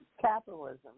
capitalism